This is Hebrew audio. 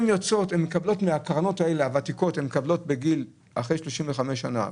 הן מקבלות מהקרנות הוותיקות אחרי 35 שנים,